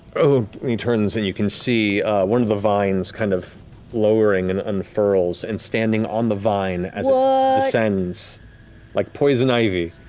oh he turns, and you can see one of the vines kind of lowering and unfurls, and standing on the vine as it ah descends like poison ivy,